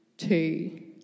Two